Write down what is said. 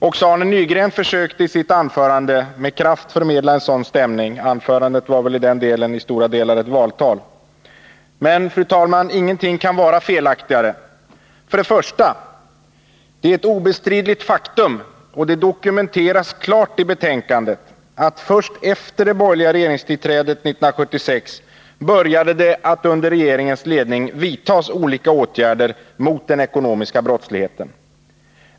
Också Arne Nygren försökte i sitt anförande med kraft förmedla en sådan stämning. Anförandet var väl i den delen i stor utsträckning ett valtal. Men, fru talman, ingenting kan vara felaktigare. För det första: Det är ett obestridligt faktum och det dokumenteras klart i betänkandet att först efter det borgerliga regeringstillträdet 1976 började man under regeringens ledning vidta olika åtgärder mot den ekonomiska brottsligheten.